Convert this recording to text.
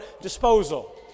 disposal